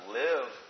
live